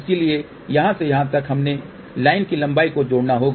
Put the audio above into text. इसलिए यहां से यहां तक हमें लाइन की लंबाई को जोड़ना होगा